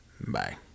Bye